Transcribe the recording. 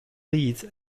leeds